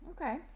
Okay